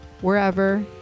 wherever